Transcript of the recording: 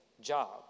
job